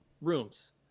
rooms